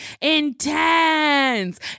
intense